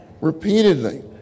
Repeatedly